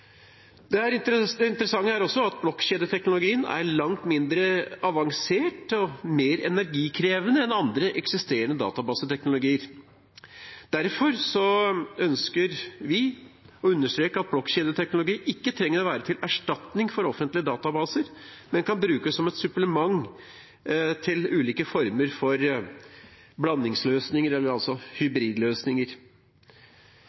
for i forslaget. Det interessante er også at blokkjedeteknologien er langt mindre avansert og mer energikrevende enn andre eksisterende databaseteknologier. Derfor ønsker vi å understreke at blokkjedeteknologi ikke trenger å være til erstatning for offentlige databaser, men kan brukes som et supplement til ulike former for blandingsløsninger, altså